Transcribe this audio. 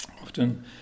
often